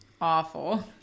awful